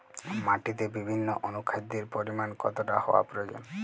মাটিতে বিভিন্ন অনুখাদ্যের পরিমাণ কতটা হওয়া প্রয়োজন?